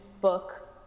book